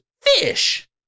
fish